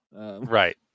right